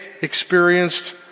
experienced